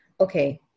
Okay